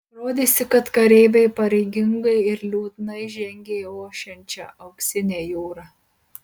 rodėsi kad kareiviai pareigingai ir liūdnai žengia į ošiančią auksinę jūrą